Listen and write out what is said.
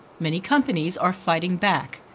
many companies are fighting back,